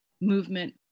movement